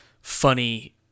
funny